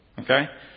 Okay